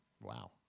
Wow